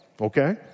Okay